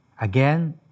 Again